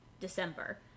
December